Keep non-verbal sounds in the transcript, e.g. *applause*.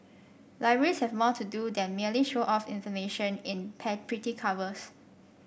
libraries have more to do than merely show off information in *unintelligible* pretty covers